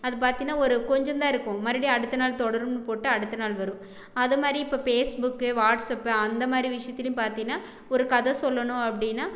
அது பாத்தினா ஒரு கொஞ்சந்தான் இருக்கும் மறுபடி அடுத்த நாள் தொடரும்னு போட்டு அடுத்த நாள் வரும் அது மாதிரி இப்போ பேஸ்புக்கு வாட்ஸப்பு அந்தமாதிரி விஷயத்திலியும் பார்த்தினா ஒரு கதை சொல்லணும் அப்படினா